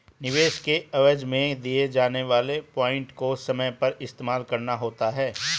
निवेश के एवज में दिए जाने वाले पॉइंट को समय पर इस्तेमाल करना होता है